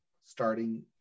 starting